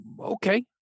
okay